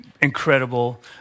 incredible